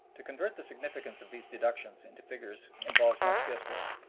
to convert the significance of these deductions into figures involves much guesswork.